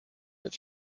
its